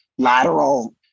lateral